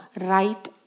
right